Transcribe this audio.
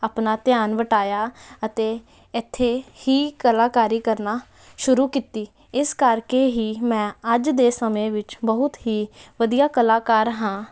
ਆਪਣਾ ਧਿਆਨ ਵਟਾਇਆ ਅਤੇ ਇੱਥੇ ਹੀ ਕਲਾਕਾਰੀ ਕਰਨਾ ਸ਼ੁਰੂ ਕੀਤੀ ਇਸ ਕਰਕੇ ਹੀ ਮੈਂ ਅੱਜ ਦੇ ਸਮੇਂ ਵਿੱਚ ਬਹੁਤ ਹੀ ਵਧੀਆ ਕਲਾਕਾਰ ਹਾਂ